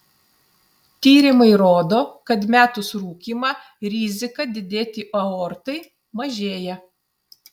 tyrimai rodo kad metus rūkymą rizika didėti aortai mažėja